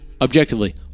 objectively